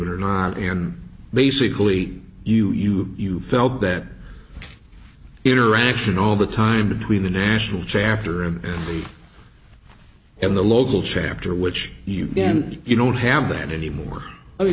it or not and basically you you you felt that interaction all the time between the national chapter and the and the local chapter which you and you don't have that anymore